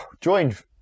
joined